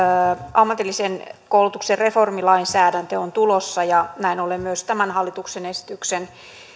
ammatillisen koulutuksen reformilainsäädäntö on tulossa ja näin ollen myös tämän hallituksen esityksen